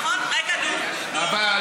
רגע, נו, נו.